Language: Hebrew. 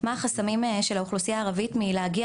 החסמים של האוכלוסייה הערבית מלהגיע